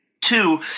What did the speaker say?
Two